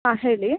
ಹಾಂ ಹೇಳಿ